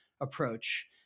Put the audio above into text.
approach